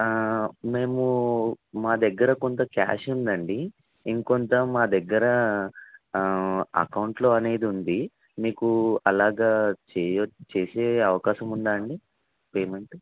మేము మా దగ్గర కొంత క్యాష్ ఉంది అండి ఇంకొంత మా దగ్గర అకౌంటులో అనేది ఉంది మీకు అలాగా చేయ చేసే అవకాశం ఉందా అండి పేమెంట్